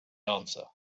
answer